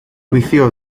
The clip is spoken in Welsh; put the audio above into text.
gweithio